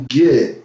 get